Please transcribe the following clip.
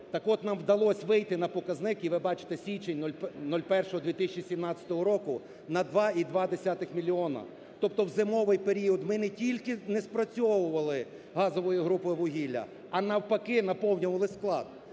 Так от нам вдалося вийти на показник і ви бачите січень - 01.2017 року на 2,2 мільйони. Тобто в зимовий період ми не тільки не спрацьовували газової групи вугілля, а навпаки наповнювали склад.